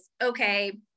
okay